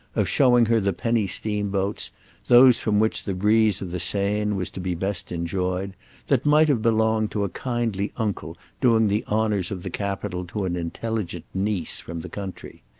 of showing her the penny steamboats those from which the breeze of the seine was to be best enjoyed that might have belonged to a kindly uncle doing the honours of the capital to an intelligent niece from the country.